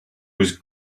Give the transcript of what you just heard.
was